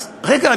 אז רגע,